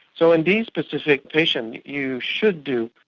so in these specific patients you should do,